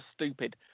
stupid